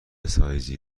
سایزی